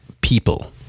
people